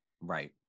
Right